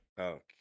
Okay